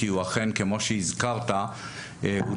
של